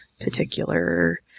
particular